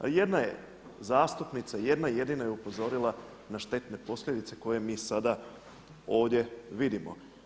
A jedna je zastupnica, jedna jedina je upozorila na štetne posljedice koje mi sada ovdje vidimo.